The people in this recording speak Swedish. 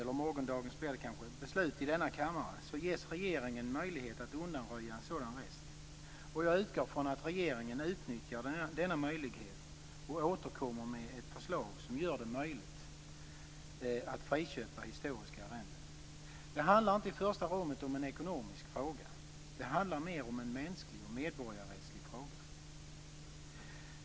Med morgondagens beslut i denna kammare ges regeringen möjlighet att undanröja en sådan rest. Jag utgår från att regeringen utnyttjar denna möjlighet och återkommer med ett förslag som gör det möjligt att friköpa historiska arrenden. Det handlar inte i första rummet om en ekonomisk fråga. Det handlar mer om en mänsklig och medborgarrättslig fråga.